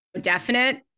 definite